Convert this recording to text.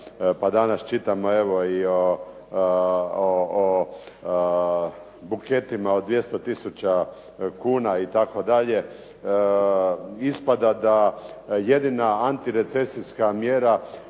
pa danas čitamo evo i o buketima od 200000 kuna itd. Ispada da jedina antirecesijska mjera